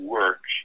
work